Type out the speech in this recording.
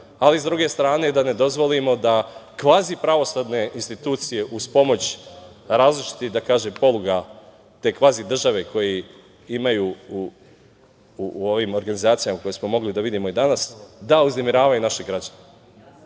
ali sa druge strane da ne dozvolimo da kvazi pravosudne institucije uz pomoć različitih, da kažem, poluga te kvazi države koji imaju u ovim organizacijama koje smo mogli da vidimo i danas, da uznemiravaju naše građane. Mi